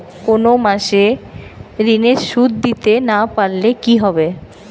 কোন মাস এ ঋণের সুধ দিতে না পারলে কি হবে?